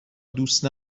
دوست